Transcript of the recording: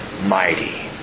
mighty